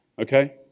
Okay